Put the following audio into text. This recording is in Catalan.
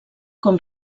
com